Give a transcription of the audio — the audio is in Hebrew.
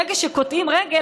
ברגע שקוטעים רגל,